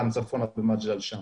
גם צפונה עד מג'דל שאמס.